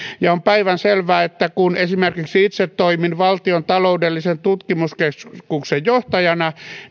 on päivänselvää että kun esimerkiksi itse toimin valtion taloudellisen tutkimuskeskuksen johtajana